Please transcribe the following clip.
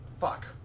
fuck